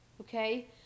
okay